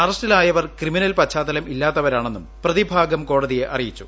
അറസ്റ്റിലായവർ criminal പശ്ചാത്തലം ഇല്ലാത്തവരാണെന്നും പ്രതിഭാഗം കോടതിയെ അറിയിച്ചു